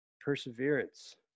Perseverance